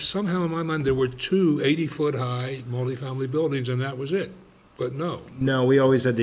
somehow in my mind there were two eighty foot high holy family buildings and that was it but no no we always had